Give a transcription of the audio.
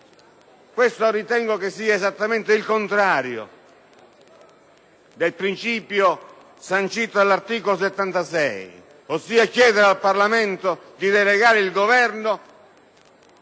questo sia esattamente il contrario del principio sancito dall’articolo 76: si chiede infatti al Parlamento di delegare il Governo